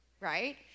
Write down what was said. right